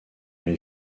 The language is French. les